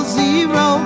zero